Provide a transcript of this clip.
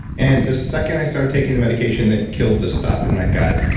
and the second i start taking the medication that killed the stuff in my gut,